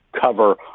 cover